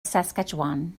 saskatchewan